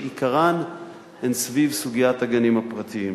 שעיקרן סביב סוגיית הגנים הפרטיים.